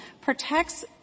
protects